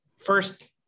first